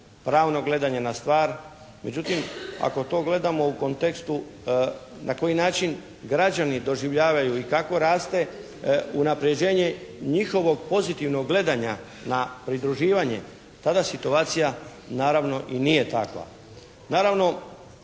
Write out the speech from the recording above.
pravno gledanje na stvar. Međutim, ako to gledamo u kontekstu na koji način građani doživljavaju ili kako raste unapređenje njihovog pozitivnog gledanja na pridruživanje, tada situacija naravno i nije takva.